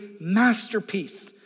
masterpiece